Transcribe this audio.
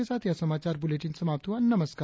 इसी के साथ यह समाचार बुलेटिन समाप्त हुआ नमस्कार